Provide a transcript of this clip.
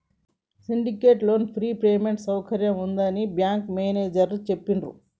syndicate loan free payment సౌకర్యం ఉంటుందని bank manager చెప్పిండ్రు